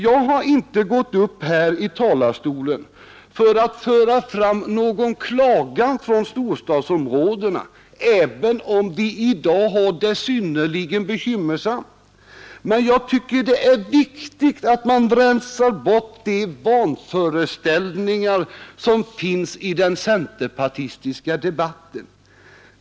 Jag har inte gått upp i talarstolen för att föra fram någon klagan från storstadsområdena, även om de i dag har det synnerligen bekymmersamt, men jag tycker det är viktigt att man rensar bort de vanföreställningar som finns i den centerpartistiska debatten.